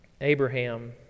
Abraham